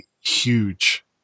huge